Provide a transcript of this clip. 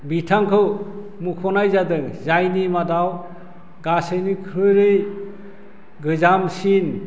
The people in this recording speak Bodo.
बिथांखौ मुंख'नाय जादों जायनि मादाव गासैनिख्रै गोजामसिन